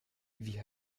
wie